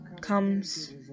Comes